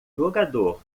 jogador